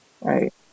Right